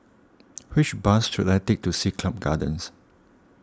which bus should I take to Siglap Gardens